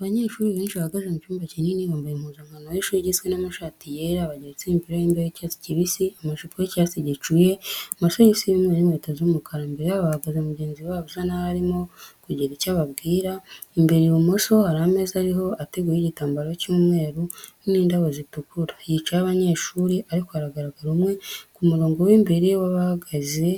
Abanyeshuri benshi bahagaze mu cyumba kinini. Bambaye impuzanakano y'ishuri igizwe n'amashati yera, bageretseho imipira y'imbeho y'icyatsi kibisi, amajipo y'icyatsi gicuye, amasogisi y'umweru n'inkweto z'umukara. Imbere yabo hahagaze mugenzi wabo usa naho arimo kugira icyo ababwira. Imbere ibumoso hari ameza ariho ateguyeho igitamabaro cy'umweru n'indabo zitukura, yicayeho abanyeshuri ariko haragaragara umwe. Ku murongo w'imbere w'abahagaze